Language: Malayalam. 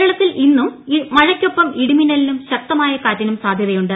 കേരളത്തിൽ ഇന്നും മഴയ്ക്കൊപ്പം ഇടിമിന്നലിനും ശക്തമായ കാറ്റിനും സാധ്യതയുണ്ട്